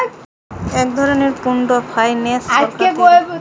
এক ধরনের pooled finance সরকার থিকে দেয়